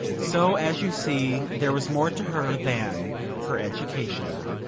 so, as you see, there was more to her than her education.